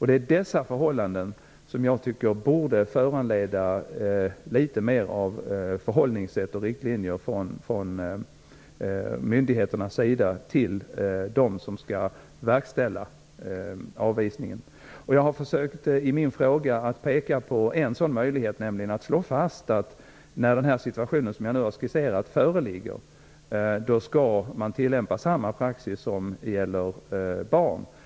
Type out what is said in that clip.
Det är dessa förhållanden som jag tycker borde föranleda mer omfattande förhållningssätt och riktlinjer från myndigheternas sida till dem som skall verkställa avvisningarna. Jag har i min fråga försökt att peka på en sådan möjlighet, nämligen att slå fast att när denna situation föreligger skall samma praxis tillämpas som gäller för barn.